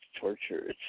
torture